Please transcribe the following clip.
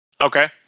Okay